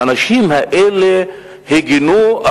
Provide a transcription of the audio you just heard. האנשים האלה הגנו,